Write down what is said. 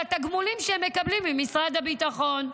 התגמולים שהם מקבלים ממשרד הביטחון.